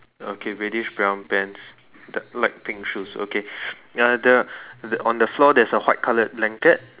okay reddish brown pants the light pink shoes okay uh the on the floor there's a white colour blanket